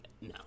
no